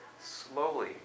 slowly